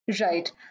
Right